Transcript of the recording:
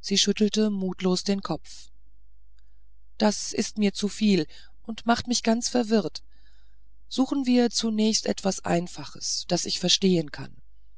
sie schüttelte mutlos den kopf das ist mir zu viel und macht mich nur verwirrt suchen wir zunächst etwas ganz einfaches das ich verstehen kann